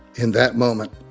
in that moment,